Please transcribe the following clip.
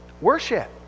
worship